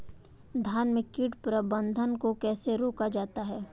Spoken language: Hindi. धान में कीट प्रबंधन को कैसे रोका जाता है?